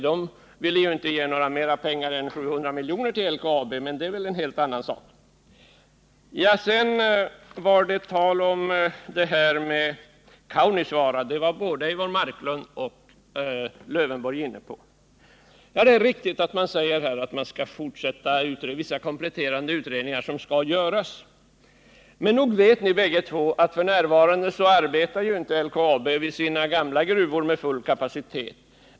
Den vill inte ge mer pengar än 700 milj.kr. till LKAB. Både Eivor Marklund och Alf Lövenborg tog upp Kaunisvaara. Det är riktigt att vissa kompletterande utredningar skall göras, men nog vet ni båda två att LKABf. n. inte arbetar i sina gamla gruvor med full kapacitet.